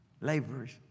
Laborers